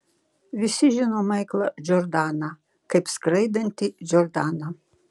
visi žino maiklą džordaną kaip skraidantį džordaną